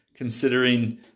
Considering